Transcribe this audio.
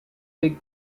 big